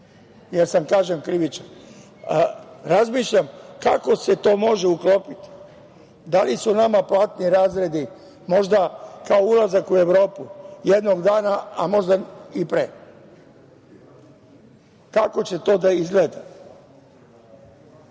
jer sam kažem, krivičar, razmišljam kako se to može uklopiti, da li su nama platni razredi možda kao ulazak u Evropu, jednog dana, a možda i pre. Kako će to da izgleda? Ove